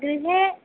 गृहे